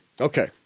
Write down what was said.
Okay